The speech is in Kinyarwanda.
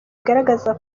igaragaza